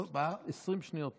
20 שניות.